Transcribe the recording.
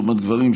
לעומת גברים,